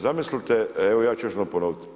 Zamislite, evo ja ću još jednom ponoviti.